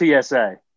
TSA